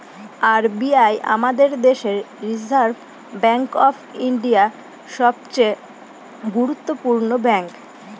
R B I আমাদের দেশের reserve bank of India, সবচে গুরুত্বপূর্ণ ব্যাঙ্ক